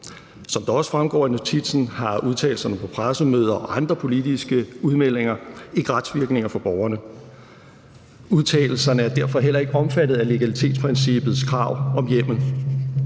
Som det også fremgår af notitsen, har udtalelserne på pressemøder og andre politiske udmeldinger ikke retsvirkninger for borgerne. Udtalelserne er derfor heller ikke omfattet af legalitetsprincippets krav om hjemmel.